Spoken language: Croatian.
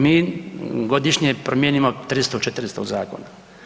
Mi godišnje promijenimo 300, 400 zakona.